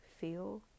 feel